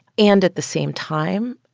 and at the same time,